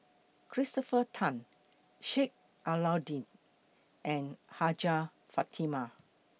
Christopher Tan Sheik Alau'ddin and Hajjah Fatimah